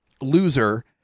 Loser